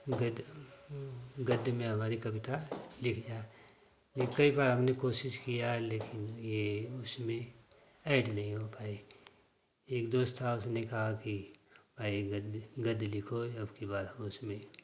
गद्य गद्य में हमारी कविता लिख जाए लेकिन कई बार हम लोग कोशिश किया लेकिन यह उसमें ऐड नहीं हो पाई एक दोस्त था उसने कहा कि ऐ गद्य गद्य लिखो अब की बार हम उसमें